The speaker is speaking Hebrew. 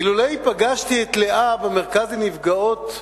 אילולא פגשתי את לאה במרכז לנפגעות בתל-אביב,